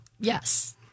Yes